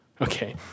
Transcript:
okay